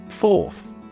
Fourth